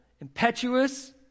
impetuous